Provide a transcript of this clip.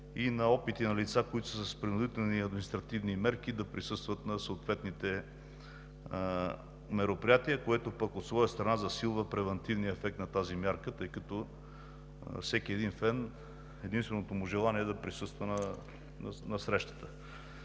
и на опити на лица, които са с принудителни и административни мерки, да присъстват на съответните мероприятия, което пък от своя страна засилва превантивния ефект на тази мярка, тъй като единственото желание на всеки фен е да присъства на срещата.